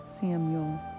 Samuel